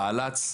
בהל"ץ,